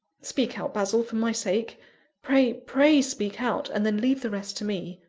speak out, basil, for my sake pray, pray, speak out, and then leave the rest to me.